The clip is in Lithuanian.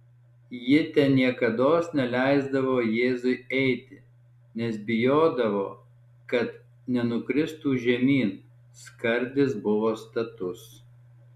ji ten niekados neleisdavo jėzui eiti nes bijodavo kad nenukristų žemyn skardis buvo status